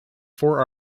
four